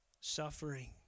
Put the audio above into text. suffering